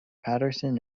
patterson